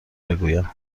بگویم